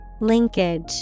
Linkage